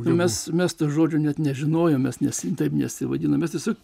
mes mes to žodžio net nežinojom mes taip nesivadinom mes tiesiog